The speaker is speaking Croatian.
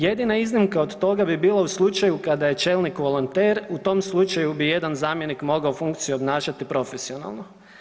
Jedina iznimka od toga bi bila u slučaju kada je čelnik volonter, u tom slučaju bi jedan zamjenik mogao funkciju obnašati profesionalno.